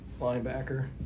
Linebacker